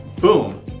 boom